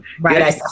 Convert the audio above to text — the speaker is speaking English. Right